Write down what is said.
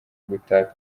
gutaka